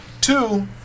Two